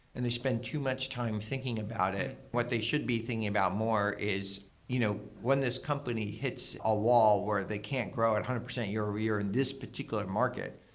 and they spent too much time thinking about it. what they should be thinking about more is you know when this company hits a wall where they can't grow at one hundred percent year over year in this particular market,